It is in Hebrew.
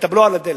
את הבלו על הדלק.